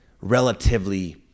relatively